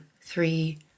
three